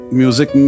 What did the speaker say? music